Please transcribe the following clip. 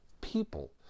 people